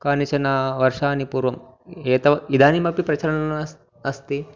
केचन वर्षाणां पूर्वम् एते इदानीमपि प्रचलन् अस् अस्ति